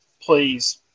please